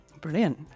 Brilliant